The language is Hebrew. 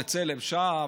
בצלם שם,